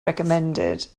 recommended